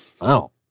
Wow